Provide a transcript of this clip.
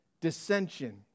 dissension